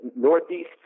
Northeast